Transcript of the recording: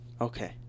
Okay